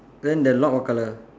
then the lock what color